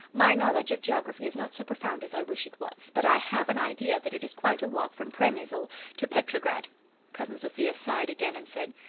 my knowledge of geography is not so profound as i wish it was but i have an idea that it is quite a walk from premysl to petrograd cousin sophia sighed again and said,